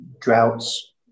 droughts